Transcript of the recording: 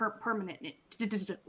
permanent